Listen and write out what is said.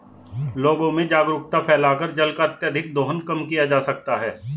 लोगों में जागरूकता फैलाकर जल का अत्यधिक दोहन कम किया जा सकता है